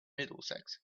middlesex